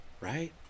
right